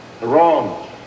wrong